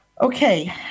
Okay